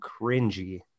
cringy